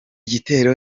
gitero